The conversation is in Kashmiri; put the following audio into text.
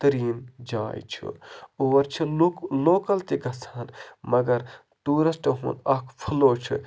تریٖن جاے چھُ اور چھِ لُکھ لوکَل تہِ گَژھان مگر ٹوٗرِسٹ ہُنٛد اَکھ پھلو چھُ